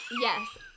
yes